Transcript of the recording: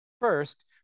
First